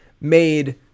made